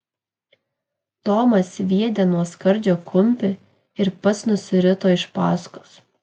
tomas sviedė nuo skardžio kumpį ir pats nusirito iš paskos